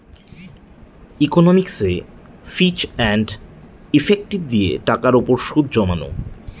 ইকনমিকসে fixed and effective দিয়ে টাকার উপর সুদ জমানো